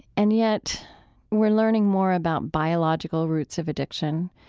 and yet we're learning more about biological roots of addiction,